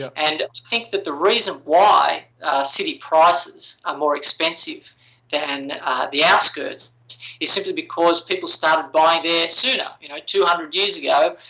and think that the reason why city prices are more expensive than the outskirts is simply because people started buying there sooner. you know, two hundred years ago,